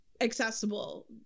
accessible